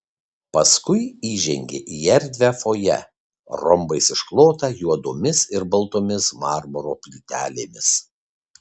paskui įžengė į erdvią fojė rombais išklotą juodomis ir baltomis marmuro plytelėmis